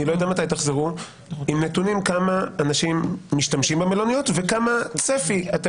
תביאו נתונים כמה אנשים משתמשים במלוניות וכמה צפי אתם